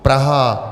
Praha